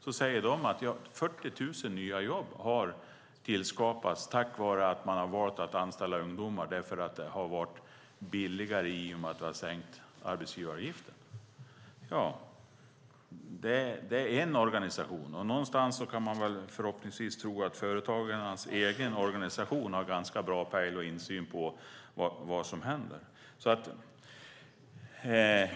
De säger att 40 000 nya jobb har tillskapats tack vare att man har valt att anställa ungdomar eftersom det har varit billigare i och med att vi har sänkt arbetsgivaravgiften. Det är en organisation. Någonstans kan man förhoppningsvis tro att företagarnas egen organisation har ganska bra pejl på och insyn i vad som händer.